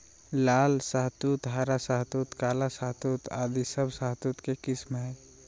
लाल शहतूत, हरा शहतूत, काला शहतूत आदि सब शहतूत के किस्म हय